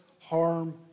harm